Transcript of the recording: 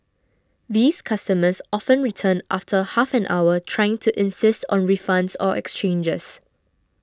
these customers often return after half an hour trying to insist on refunds or exchanges